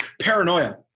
paranoia